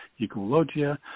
Ecologia